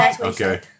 Okay